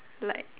like